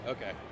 Okay